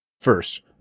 first